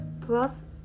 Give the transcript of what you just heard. Plus